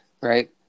right